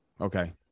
Okay